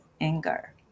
anger